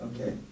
Okay